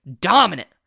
Dominant